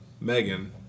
Megan